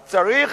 אז צריך,